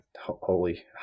Holy